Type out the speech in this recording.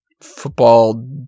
football